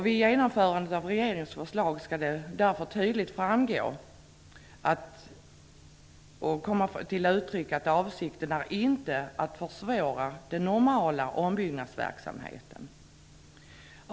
Vid genomförandet av regeringens förslag skall det därför tydligt framgå att avsikten inte är att försvåra den normala ombyggnadsverksamheten.